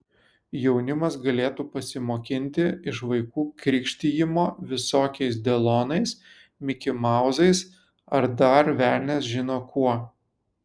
jaunimas galėtų pasimokinti iš vaikų krikštijimo visokiais delonais mikimauzais ar dar velnias žino kuo